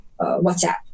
WhatsApp